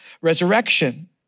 resurrection